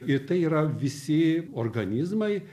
ir tai yra visi organizmai